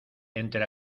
entre